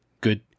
Good